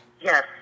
Yes